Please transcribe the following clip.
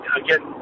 again